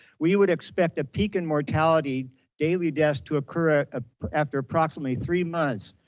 we would expect a peak and mortality daily death to occur ah after approximately three months,